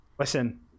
Listen